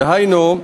דהיינו,